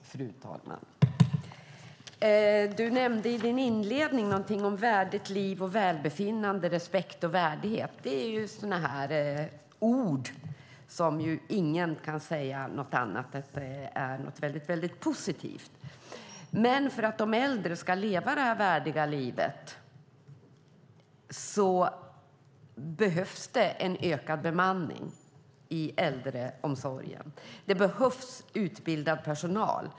Fru talman! Anders Andersson nämnde i sin inledning någonting om ett värdigt liv, välbefinnande, respekt och värdighet. Det är ord som ingen kan säga något annat om än att det är något positivt. Men för att de äldre ska kunna leva detta värdiga liv behövs en ökad bemanning i äldreomsorgen. Det behövs utbildad personal.